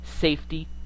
safety